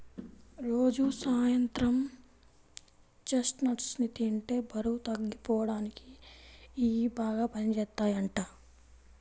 రోజూ సాయంత్రం చెస్ట్నట్స్ ని తింటే బరువు తగ్గిపోడానికి ఇయ్యి బాగా పనిజేత్తయ్యంట